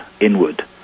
inward